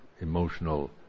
emotional